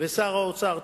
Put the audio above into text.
ושר האוצר,